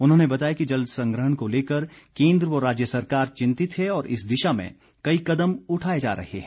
उन्होंने बताया कि जल संग्रहण को लेकर केन्द्र व राज्य सरकार चिंतित है और इस दिशा में कई कदम उठाए जा रहे हैं